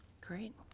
Great